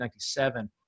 1997